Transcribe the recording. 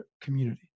community